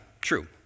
true